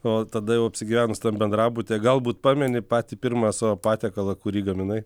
o tada jau apsigyvenus tam bendrabuty galbūt pameni patį pirmą savo patiekalą kurį gaminai